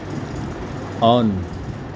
on